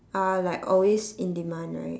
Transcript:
are like always in demand right